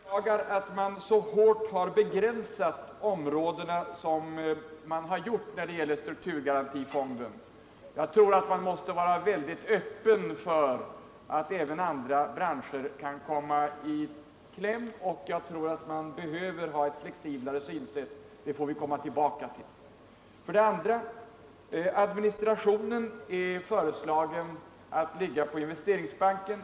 Herr talman! Helt kort följande. För det första: Jag beklagar att man begränsat områdena så hårt som man gjort när det gäller strukturgarantifonden. Jag tror att man måste vara väldigt öppen för att även andra branscher kan komma i kläm, och jag tror att man behöver ha ett flexiblare synsätt. Det får vi komma tillbaka till. För det andra: Administrationen är föreslagen att ligga på Investeringsbanken.